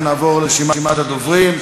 אנחנו נעבור לרשימת הדוברים.